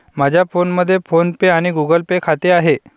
माझ्या फोनमध्ये PhonePe आणि गुगल पे खाते आहे